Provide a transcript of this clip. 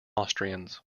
austrians